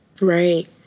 Right